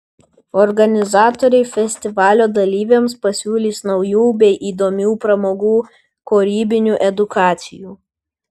organizatoriai festivalio dalyviams pasiūlys naujų bei įdomių pramogų kūrybinių edukacijų